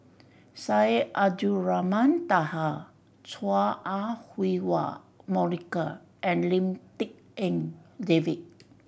Syed Abdulrahman Taha Chua Ah Huwa Monica and Lim Tik En David